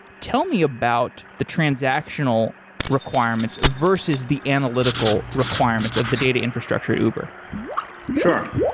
tell me about the transactional requirements versus the analytical requirements of the data infrastructure at uber sure.